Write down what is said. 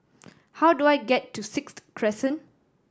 how do I get to Sixth Crescent